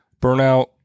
Burnout